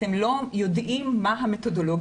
אתם לא יודעים מה המתודולוגיה.